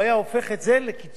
ברגע שהוא היה הופך את זה לקצבה,